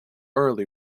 early